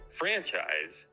franchise